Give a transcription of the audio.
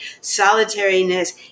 solitariness